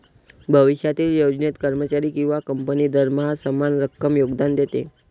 भविष्यातील योजनेत, कर्मचारी किंवा कंपनी दरमहा समान रक्कम योगदान देते